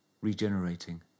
regenerating